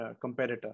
competitor